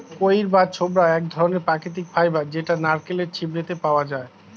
কইর বা ছোবড়া এক ধরণের প্রাকৃতিক ফাইবার যেটা নারকেলের ছিবড়েতে পাওয়া যায়